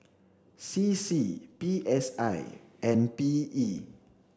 C C P S I and P E